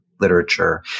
literature